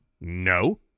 no